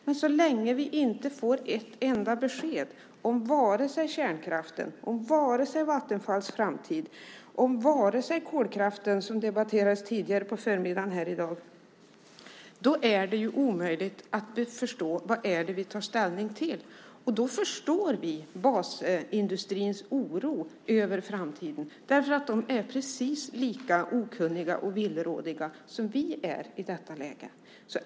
Men så länge vi inte får ett enda besked om vare sig kärnkraften, Vattenfalls framtid eller kolkraften, som debatterades tidigare på förmiddagen här i dag, är det omöjligt att förstå vad det är vi tar ställning till. Vi förstår basindustrins oro över framtiden. Den är precis lika okunnig och villrådig som vi är i detta läge.